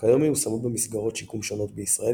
כיום מיושמות במסגרות שיקום שונות בישראל